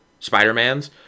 Spider-Mans